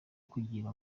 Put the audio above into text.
kugira